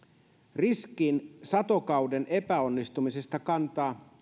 riskin satokauden epäonnistumisesta kantaa